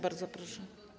Bardzo proszę.